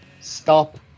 stop